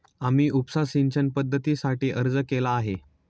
आम्ही उपसा सिंचन पद्धतीसाठी अर्ज केला आहे